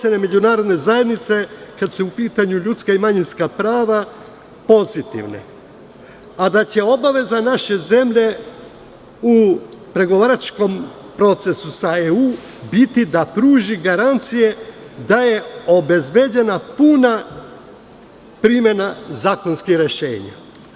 Ocene međunarodne zajednice, kada su u pitanju ljudska i manjinska prava, su pozitivne, a da će obaveza naše zemlje u pregovaračkom procesu sa EU biti da pruži garancije da je obezbeđena puna primena zakonskih rešenja.